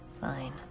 Fine